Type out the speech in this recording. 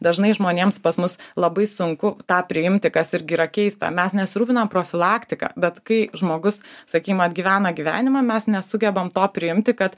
dažnai žmonėms pas mus labai sunku tą priimti kas irgi yra keista mes nesirūpinam profilaktika bet kai žmogus sakykim atgyvena gyvenimą mes nesugebam to priimti kad